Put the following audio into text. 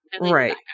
right